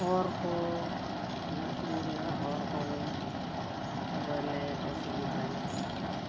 ᱦᱚᱨ ᱠᱚ ᱩᱱᱟᱹᱜ ᱴᱷᱤᱠ ᱵᱟᱹᱱᱩᱜᱼᱟ ᱦᱚᱨ ᱠᱚᱜᱮ ᱜᱳᱨᱞᱮ ᱚᱥᱩᱵᱤᱫᱷᱟ ᱧᱚᱜᱚᱜ ᱠᱟᱱᱟ